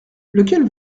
lequel